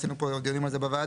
עשינו דיונים על זה בוועדה.